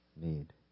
need